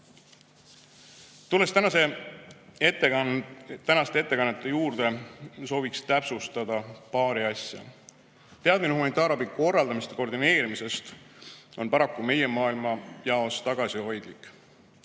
tänaste ettekannete juurde, sooviksin täpsustada paari asja. Teadmine humanitaarabi korraldamisest ja koordineerimisest on paraku meie maailmajaos tagasihoidlik.